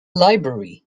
library